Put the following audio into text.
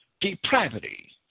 depravity